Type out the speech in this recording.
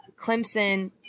Clemson